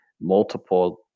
multiple